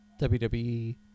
WWE